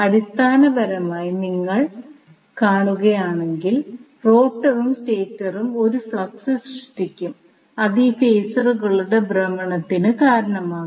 അടിസ്ഥാനപരമായി നിങ്ങൾ കാണുകയാണെങ്കിൽ റോട്ടറും സ്റ്റേറ്ററും 1 ഫ്ലക്സ് സൃഷ്ടിക്കും അത് ഈ ഫേസകളുടെ ഭ്രമണത്തിന് കാരണമാകും